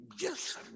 Yes